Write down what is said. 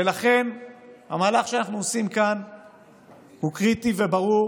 ולכן המהלך שאנחנו עושים כאן הוא קריטי וברור